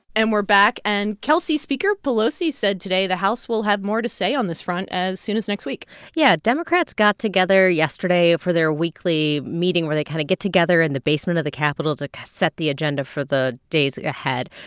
and we're back. and kelsey, speaker pelosi said today the house will have more to say on this front as soon as next week yeah. democrats got together yesterday for their weekly meeting where they kind of get together in the basement of the capitol to set the agenda for the days ahead.